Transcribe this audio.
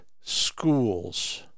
schools